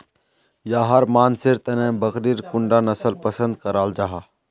याहर मानसेर तने बकरीर कुंडा नसल पसंद कराल जाहा?